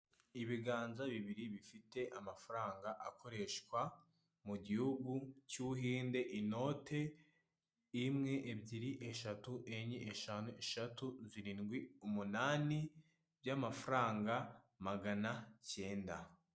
Ibiganza bibiri bifite amafaranga akoreshwa mu gihugu cy'ubuhinde, inote imwe, ebyiri, eshatu, enye, eshanu, esheshatu, zirindwi, umunani by'amafaranga magana acyenda.